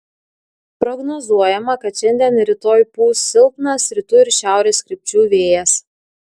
prognozuojama kad šiandien ir rytoj pūs silpnas rytų ir šiaurės krypčių vėjas